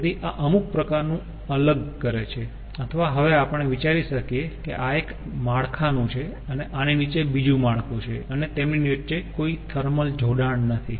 તેથી આ અમુક પ્રકારનું અલગ કરે છે અથવા હવે આપણે વિચારી શકીયે છીએ કે આ એક માળખાનું છે અને આની નીચે બીજું માળખું છે અને તેમની વચ્ચે કોઈ થર્મલ જોડાણ નથી